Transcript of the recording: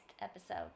episode